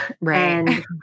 right